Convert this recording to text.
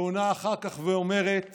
ועונה אחר כך ואומרת